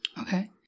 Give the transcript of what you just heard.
Okay